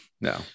no